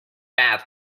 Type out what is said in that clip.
bad